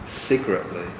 secretly